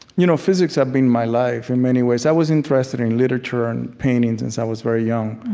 you know physics had been my life, in many ways. i was interested in literature and painting since i was very young,